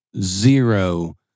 zero